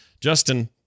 Justin